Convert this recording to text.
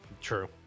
True